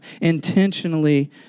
intentionally